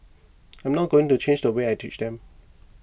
I'm not going to change the way I teach them